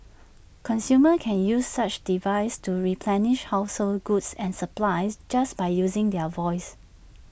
consumers can use such devices to replenish household goods and supplies just by using their voice